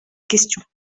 question